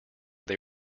they